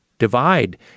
divide